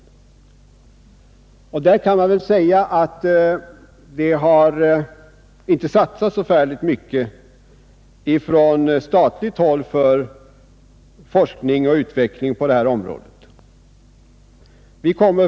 Staten har inte satsat så mycket på forskning och utveckling inom det området.